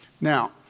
Now